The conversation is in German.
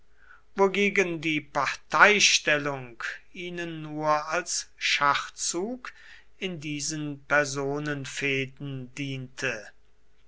wogegen die parteistellung ihnen nur als schachzug in diesen personenfehden diente